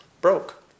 broke